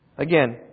Again